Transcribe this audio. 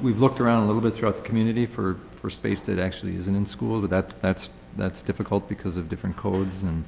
we've looked around a little bit throughout the community for for space that actually isn't in school but that's that's difficult because of different codes and